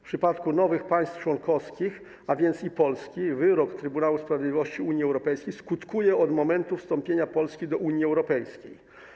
W przypadku nowych państw członkowskich, a więc i Polski, wyrok Trybunału Sprawiedliwości Unii Europejskiej skutkuje od momentu wstąpienia Polski do Unii Europejskiej.